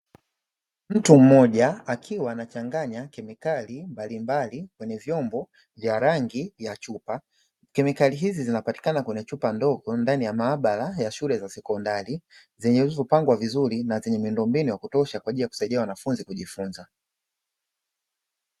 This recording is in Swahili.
Mtu mmoja akiwa anachanganya kemikali mbalimbali kwenye vyombo vya rangi ya chupa. Kemikali hizi zinapatikana kwenye chupa ndogo ndani ya maabara ya shule za sekondari, zilizopangwa vizuri na zenye miundombinu ya kutosha kwa ajili ya kusaidia wanafunzi kujifunza.